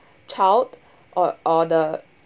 child or or the